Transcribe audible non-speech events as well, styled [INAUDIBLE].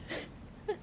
[LAUGHS]